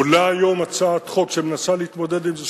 עולה היום הצעת חוק שמנסה להתמודד עם זה,